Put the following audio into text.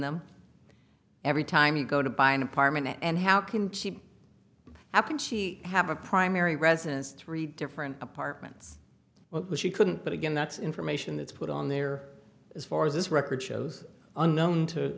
them every time you go to buy an apartment and how can she how can she have a primary residence three different apartments what was she couldn't but again that's information that's put on there as far as this record shows unknown to